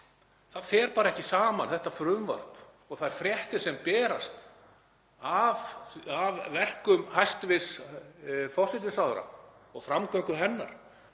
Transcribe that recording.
það fer bara ekki saman, þetta frumvarp og þær fréttir sem berast af verkum hæstv. forsætisráðherra og framgöngu hennar.